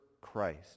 Christ